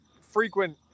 frequent